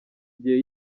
igihe